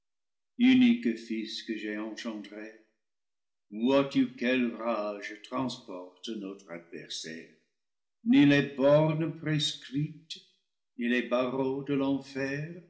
unique fils que j'ai engendré vois-tu quelle rage trans porte notre adversaire ni les bornes prescrites ni les bar reaux de l'enfer